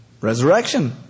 Resurrection